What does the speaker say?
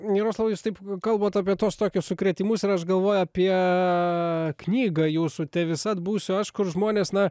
jaroslavai jūs taip kalbat apie tuos tokius sukrėtimus ir aš galvoju apie knygą jūsų te visad būsiu aš kur žmonės na